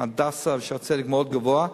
"הדסה" ו"שערי צדק" מאוד גבוה,